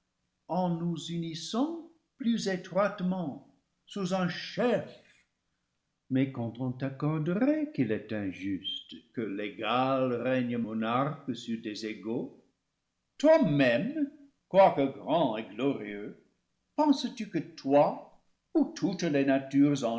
en nous unissant plus étroitement sous un chef mais quand on t'ac corderait qu'il est injuste que l'égal règne monarque sur des égaux toi-même quoique grand et glorieux penses-tu que toi ou toutes les natures angéliques réunies en